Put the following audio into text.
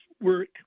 work